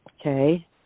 Okay